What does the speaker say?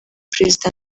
perezida